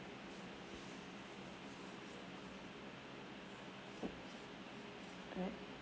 alright